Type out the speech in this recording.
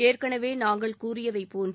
ஏற்கனவே நாங்கள் கூறியதைப் போன்று